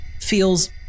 feels